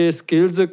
skills